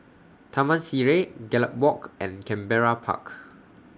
Taman Sireh Gallop Walk and Canberra Park